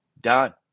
Done